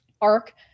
arc